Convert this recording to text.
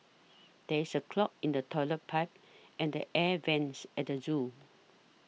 there is a clog in the Toilet Pipe and the Air Vents at the zoo